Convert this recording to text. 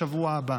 בשבוע הבא.